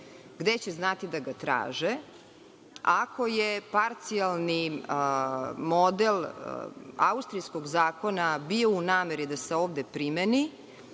gde će znati da ga traže? Ako je parcijalni model austrijskog zakona bio u nameri da se ovde primeri,